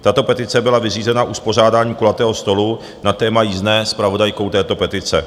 Tato petice byla vyřízena uspořádáním kulatého stolu na téma jízdné zpravodajkou této petice.